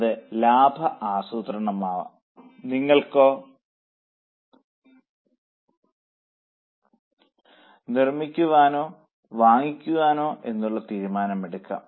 അത് ലാഭ ആസൂത്രണമാകാം നിർമ്മിക്കണോ വാങ്ങിക്കണോ എന്നുള്ള തീരുമാനം എടുക്കാം